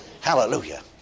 Hallelujah